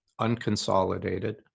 unconsolidated